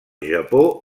japó